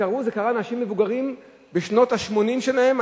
זה קרה לאנשים מבוגרים בשנות ה-80 שלהם,